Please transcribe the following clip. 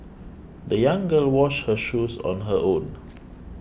the young girl washed her shoes on her own